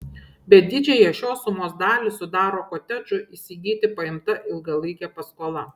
bet didžiąją šios sumos dalį sudaro kotedžui įsigyti paimta ilgalaikė paskola